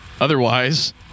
otherwise